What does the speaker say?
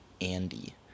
Andy